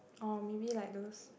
or maybe like those